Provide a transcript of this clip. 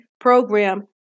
program